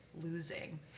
losing